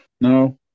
No